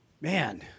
Man